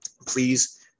Please